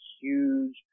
huge